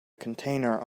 container